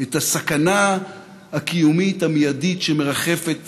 את הסכנה הקיומית המיידית שמרחפת